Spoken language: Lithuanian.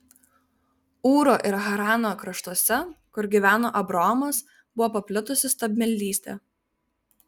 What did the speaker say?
ūro ir harano kraštuose kur gyveno abraomas buvo paplitusi stabmeldystė